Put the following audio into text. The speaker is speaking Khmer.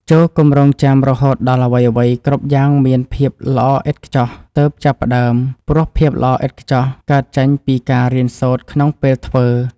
ចូរកុំរង់ចាំរហូតដល់អ្វីៗគ្រប់យ៉ាងមានភាពល្អឥតខ្ចោះទើបចាប់ផ្តើមព្រោះភាពល្អឥតខ្ចោះកើតចេញពីការរៀនសូត្រក្នុងពេលធ្វើ។